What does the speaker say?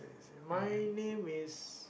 my name is